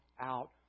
out